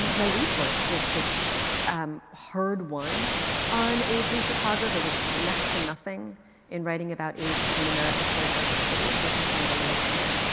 my research was just um heard one on aids in chicago. there was next to nothing in writing about aids in america's third largest city which i find really alarming.